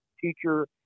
teacher